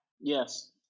Yes